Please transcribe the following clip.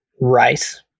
rice